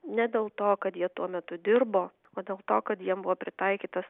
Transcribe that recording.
ne dėl to kad jie tuo metu dirbo o dėl to kad jiem buvo pritaikytas